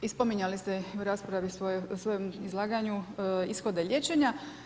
I spominjali ste u raspravi, svojem izlaganju ishode liječenja.